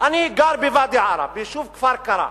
אני גר בוואדי-עארה, ביישוב כפר-קרע.